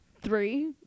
three